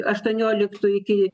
aštuonioliktų iki